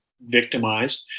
victimized